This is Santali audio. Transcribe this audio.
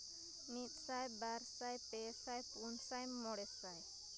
ᱢᱤᱫ ᱥᱟᱭ ᱵᱟᱨ ᱥᱟᱭ ᱯᱮ ᱥᱟᱭ ᱯᱩᱱ ᱥᱟᱭ ᱢᱚᱬᱮ ᱥᱟᱭ